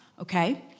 okay